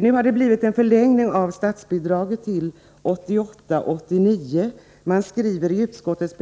Nu har man fått en förlängning av bidraget och skolorna får statsbidrag t.o.m. budgetåret 1988